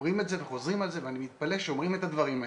אומרים את זה וחוזרים על זה ואני מתפלא שאומרים את הדברים האלה,